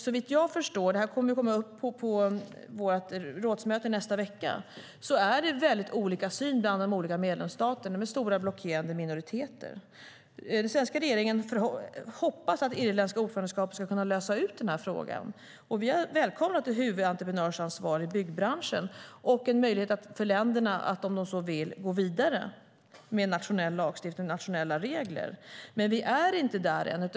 Såvitt jag förstår - detta kommer upp på vårt rådsmöte i nästa vecka - är det väldigt olika syn bland de olika medlemsstaterna med stora blockerande minoriteter. Den svenska regeringen hoppas att det irländska ordförandeskapet ska kunna lösa den här frågan, och vi har välkomnat ett huvudentreprenörsansvar i byggbranschen och en möjlighet för länderna att om de så vill gå vidare med nationell lagstiftning och nationella regler, men vi är inte där än.